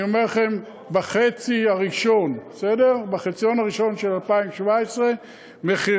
אני אומר לכם: בחציון הראשון של 2017 מחירי